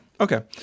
Okay